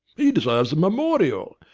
he deserves a memorial.